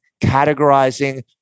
categorizing